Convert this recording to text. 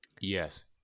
yes